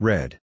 Red